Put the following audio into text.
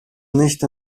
nicht